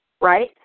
Right